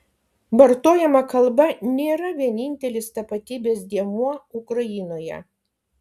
vartojama kalba nėra vienintelis tapatybės dėmuo ukrainoje